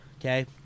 okay